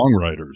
songwriters